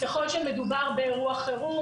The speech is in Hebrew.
ככל שמדובר באירוע חירום,